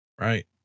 right